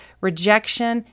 rejection